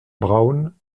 braun